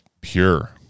Pure